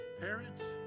Parents